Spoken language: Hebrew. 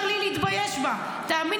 לא אמרתי --- אז בוא.